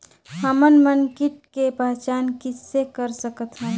हमन मन कीट के पहचान किसे कर सकथन?